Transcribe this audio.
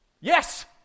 Yes